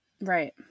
Right